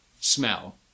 Smell